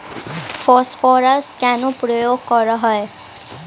Phosphorus কেন প্রয়োগ করা হয়?